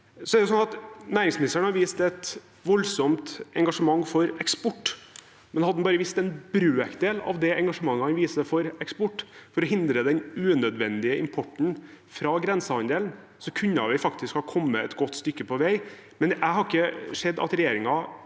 Næringsministeren har vist et voldsomt engasjement for eksport, men had de han bare vist en brøkdel av det engasjementet han viser for eksport, for å hindre den unødvendige importen fra grensehandel, kunne vi faktisk ha kommet et godt stykke på vei. Jeg har ikke sett at regjeringen